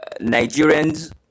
Nigerians